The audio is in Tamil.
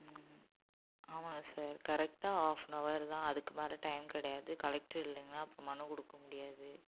ஆமாங்க சார் கரெக்டாக ஆஃப் ஆன் அவர் தான் அதுக்கு மேலே டைம் கிடையாது கலெக்டரு இல்லைங்கன்னா அப்புறம் மனு கொடுக்க முடியாது